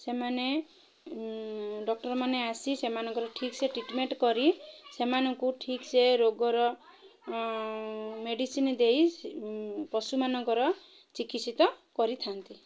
ସେମାନେ ଡକ୍ଟର୍ମାନେ ଆସି ସେମାନଙ୍କର ଠିକ୍ସେ ଟ୍ରିଟ୍ମେଣ୍ଟ୍ କରି ସେମାନଙ୍କୁ ଠିକ୍ସେ ରୋଗର ମେଡ଼ିସିନ୍ ଦେଇ ପଶୁମାନଙ୍କର ଚିକିତ୍ସିତ କରିଥାଆନ୍ତି